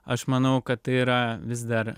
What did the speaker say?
aš manau kad tai yra vis dar